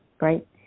right